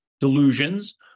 delusions